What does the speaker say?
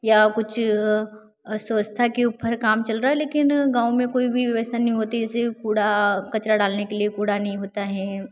या कुछ अस्वस्थता के ऊपर काम चल रहा है लेकिन गाँव में कोई भी व्यवस्था नहीं होती जैसे कूड़ा कचड़ा डालने के लिए कूड़ा नहीं होता है